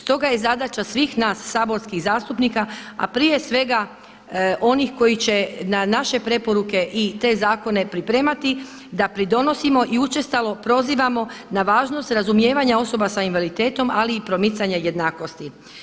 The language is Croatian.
Stoga je zadaća svih nas saborskih zastupnika a prije svega onih koji će na naše preporuke i te zakone pripremati da pridonosimo i učestalo prozivamo na važnost razumijevanja osoba sa invaliditetom ali i promicanja jednakosti.